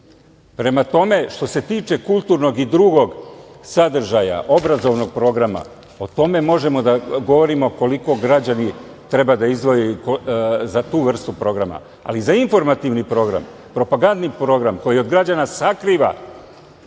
tome, što se tiče kulturnog i drugog sadržaja, obrazovnog programa, o tome možemo da govorimo koliko građani treba da izdvajaju za tu vrstu programa. Ali, za informativni program, propagandni program, koji od građana sakriva